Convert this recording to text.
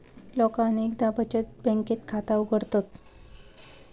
लोका अनेकदा बचत बँकेत खाता उघडतत